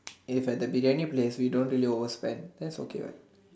if at the Briyani place we don't really overspend that's okay what